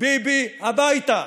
"ביבי הביתה".